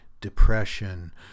depression